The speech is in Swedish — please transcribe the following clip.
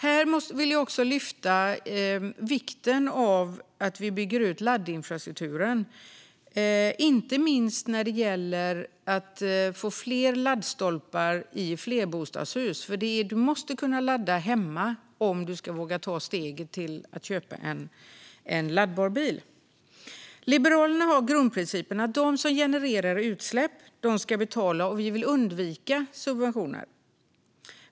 Här vill jag också lyfta fram vikten av att vi bygger ut laddinfrastrukturen. Det gäller inte minst att få fler laddstolpar vid flerbostadshus. Du måste kunna ladda hemma om du ska våga ta steget att köpa en laddbar bil. Liberalerna har grundprincipen att de som genererar utsläpp ska betala, och vi vill undvika subventioner.